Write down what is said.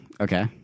Okay